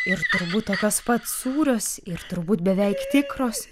ir turbūt tokios pat sūrios ir turbūt beveik tikros